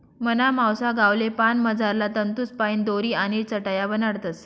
मना मावसा गावले पान मझारला तंतूसपाईन दोरी आणि चटाया बनाडतस